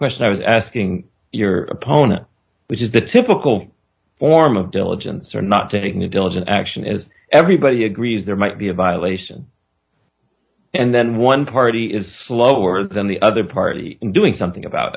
question i was asking your opponent which is the typical form of diligence or not taking intelligent action as everybody agrees there might be a violation and then one party is slower than the other party in doing something about